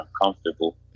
uncomfortable